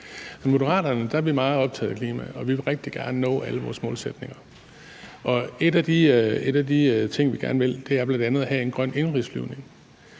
Moderaterne er vi meget optagede af klimaet, og vi vil rigtig gerne nå alle vores målsætninger. En af de ting, vi gerne vil, er at have en grøn indenrigsflyvning,